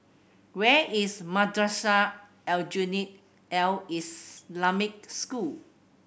where is Madrasah Aljunied Al Islamic School